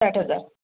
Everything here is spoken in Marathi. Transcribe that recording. साठ हजार